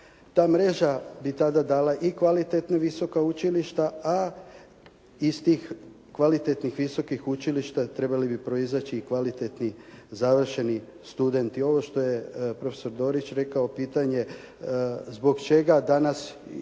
Ta mreža bi tada dala i kvalitetna visoka učilišta, a iz tih visokih kvalitetnih učilišta trebali bi proizaći i kvalitetni završeni studenti. Ovo što je profesor Dorić rekao pitanje, zbog čega danas